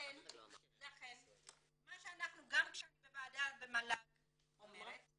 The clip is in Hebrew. לכן מה שאנחנו, גם כשאני במל"ג אומרת,